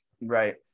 right